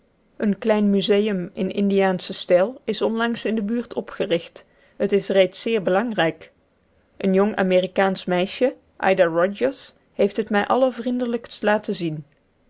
een klein museum in indiaanschen stijl is onlangs in de buurt opgericht het is reeds zeer belangrijk een jong amerikaansch meisje ida rodgers heeft het mij allervriendelijkst laten zien